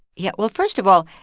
yeah. well, first of all,